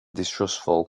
distrustful